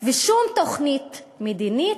ושום תוכנית מדינית,